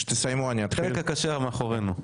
החלק הקשה מאחורינו.